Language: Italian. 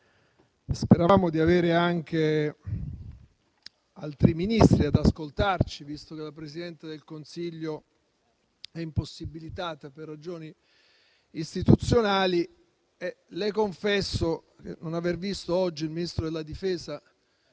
Speravamo di avere anche altri Ministri ad ascoltarci, visto che la Presidente del Consiglio è impossibilitata, per ragioni istituzionali. Le confesso che non aver visto oggi il Ministro della difesa